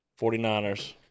49ers